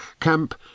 Camp